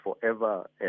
forever